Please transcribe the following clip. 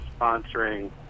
sponsoring